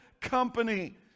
company